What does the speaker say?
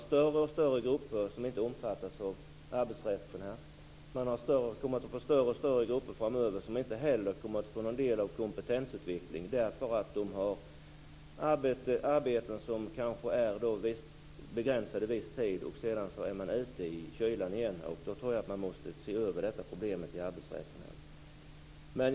Det är allt större grupper som inte omfattas av arbetsrätten, och det kommer att bli allt större grupper framöver som inte heller kommer att få någon del av kompetensutvecklingen därför att de har arbeten som kanske är begränsade till viss tid, och sedan är de ute i kylan igen. Därför tror jag att man måste se över problemet i arbetsrätten.